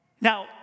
Now